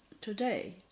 today